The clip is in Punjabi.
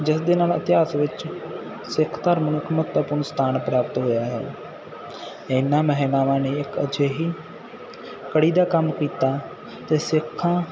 ਜਿਸ ਦੇ ਨਾਲ ਇਤਿਹਾਸ ਵਿੱਚ ਸਿੱਖ ਧਰਮ ਨੂੰ ਇੱਕ ਮਹੱਤਵਪੂਰਨ ਸਥਾਨ ਪ੍ਰਾਪਤ ਹੋਇਆ ਹੈ ਇਹਨਾਂ ਮਹਿਲਾਵਾਂ ਨੇ ਇੱਕ ਅਜਿਹੀ ਕੜੀ ਦਾ ਕੰਮ ਕੀਤਾ ਅਤੇ ਸਿੱਖਾਂ